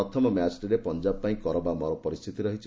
ପ୍ରଥମ ମ୍ୟାଚ୍ଟିରେ ପଞ୍ଜାବ୍ ପାଇଁ କର ବା ମର ପରିସ୍ଥିତି ରହିଛି